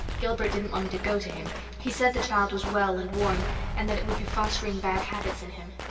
gilbert didn't want me to go to him he said the child was well and warm and that it would be fostering bad habits in him.